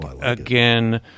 again